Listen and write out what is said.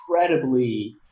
incredibly